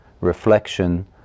reflection